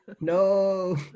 no